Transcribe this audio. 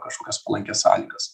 kažkokias palankias sąlygas